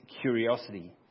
curiosity